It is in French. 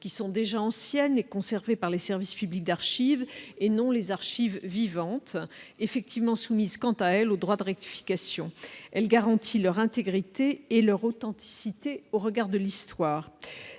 qui sont déjà anciennes et conservés par les services publics d'archives et non les archives vivantes effectivement soumises, quant à elle, au droit de rectification, elle garantit leur intégrité et leur authenticité au regard de l'histoire,